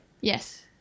Yes